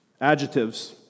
adjectives